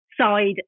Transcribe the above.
side